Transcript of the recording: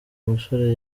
umusore